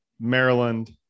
Maryland